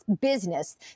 business